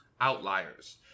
Outliers